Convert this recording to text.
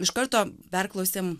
iš karto perklausėm